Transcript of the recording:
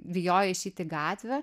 bijojo išeiti į gatvę